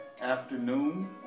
afternoon